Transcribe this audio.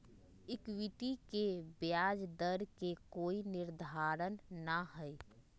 equity के ब्याज दर के कोई निर्धारण ना हई